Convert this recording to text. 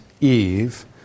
Eve